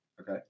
Okay